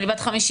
אני בת 50,